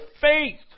faith